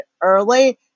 early